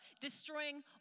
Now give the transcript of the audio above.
destroying